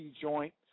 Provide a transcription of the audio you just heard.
joint